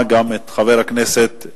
וזו גם תרומה לגאולה בעולם,